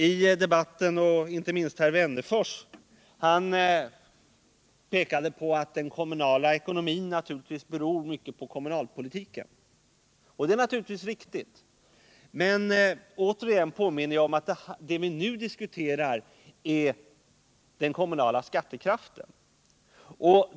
I den här debatten har inte minst herr Wennerfors påpekat att den kommunala ekonomin beror på kommunalpolitiken. Det är naturligtvis riktigt, men jag påminner återigen om att vad vi nu diskuterar är den kommunala skattekraften.